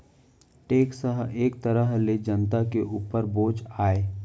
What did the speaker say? tax ह एक तरह ले जनता के उपर बोझ आय